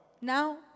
Now